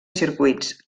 circuits